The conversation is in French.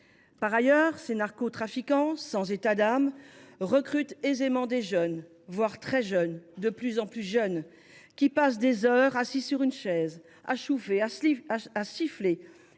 Par ailleurs, ces narcotrafiquants sans état d’âme recrutent aisément des jeunes, des très jeunes, qui sont de plus en plus jeunes. Ces derniers passent des heures, assis sur une chaise, à chouffer et à siffler,